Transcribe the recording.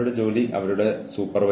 ശല്യക്കാരനോട് സംസാരിക്കുക